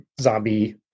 zombie